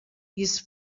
his